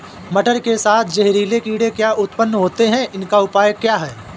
मटर के साथ जहरीले कीड़े ज्यादा उत्पन्न होते हैं इनका उपाय क्या है?